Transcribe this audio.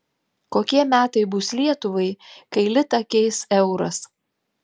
kokie metai bus lietuvai kai litą keis euras